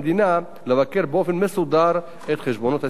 לבקר באופן מסודר את חשבונות הסיעות.